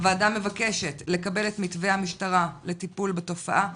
הוועדה מבקשת לקבל את מתווה המשטרה לטיפול בתופעה.